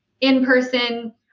in-person